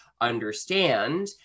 understand